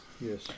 Yes